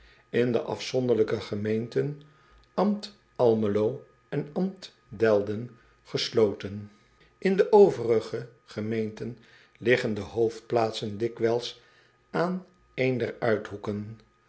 in de afzonderlijke gemeenten mbt lmelo en mbt elden gesloten n de overige gemeenten liggen de hoofdplaatsen dikwijls aan een der uithoeken